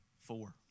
Four